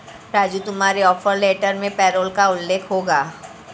राजू तुम्हारे offer letter में payroll का उल्लेख होगा